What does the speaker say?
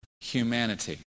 humanity